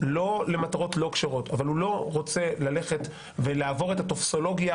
לא למטרות לא כשרות אבל הוא לא רוצה ללכת ולעבור את הטופסולוגיה